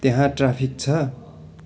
त्यहाँ ट्राफिक छ